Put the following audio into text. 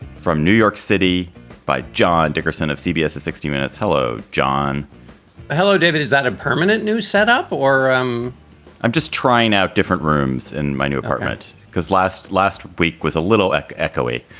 from new york city by john dickerson of cbs sixty minutes. hello, john hello, david. is that a permanent new set up or um i'm just trying out different rooms in my new apartment because last last week was a little echoey.